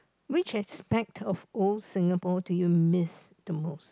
which aspect of old Singapore do you miss the most